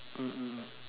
mm mm